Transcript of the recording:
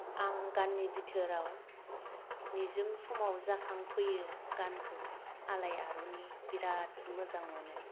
आं गाननि भितोराव निजोम समाव जाखांफैयो गानखौ आलायरननि बिराद मोजां मोनो